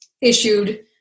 issued